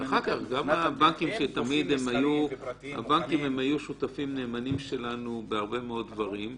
ואחר כך גם הבנקים שהיו שותפים נאמנים שלנו להרבה מאוד דברים.